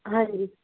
ਹਾਂਜੀ